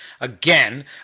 again